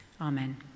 Amen